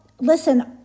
listen